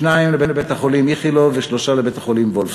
שניים לבית-החולים איכילוב ושלושה לבית-החולים וולפסון.